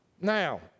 Now